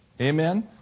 amen